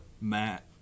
Matt